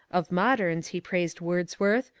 of modems he praised wordsworth,